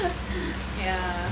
mm